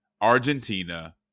Argentina